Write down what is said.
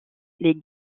les